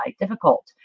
difficult